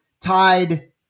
tied